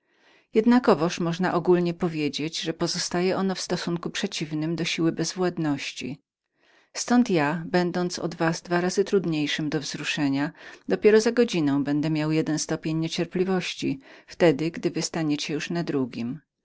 jednakowoż można ogólnie powiedzieć że jest ono w stosunku przeciwnym do siły bezwładności ztąd ja będąc dwa razy trudniejszym od was do wzruszenia dopiero za godzinę będę miał jeden stopień niecierpliwości wtedy gdy wy staniecie już na drugim